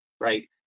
right